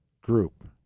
group